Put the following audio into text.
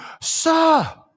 Sir